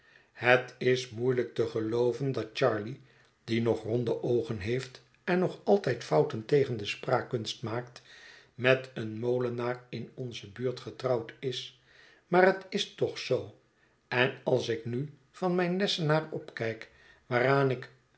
het is moeielijk te gélooven dat charley die nog ronde oogen heeft en nog altijd fouten tegen de spraakkunst maakt met een molenaar in onze buurt getrouwd is maar het is toch zoo en als ik nu van mijn lessenaar opkijk waaraan ik